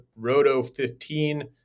ROTO15